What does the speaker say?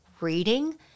reading